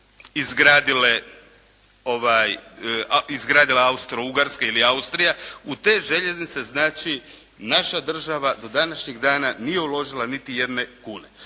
izgradile Austro-ugarska ili Austrija. U te željeznice znači naša država do današnjeg dana nije uložila niti jedne kune.